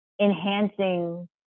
enhancing